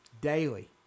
Daily